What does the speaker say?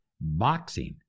boxing